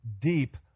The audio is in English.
deep